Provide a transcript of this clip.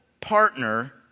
partner